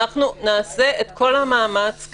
נעשה את כל המאמץ,